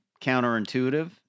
counterintuitive